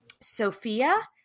Sophia